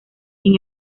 sin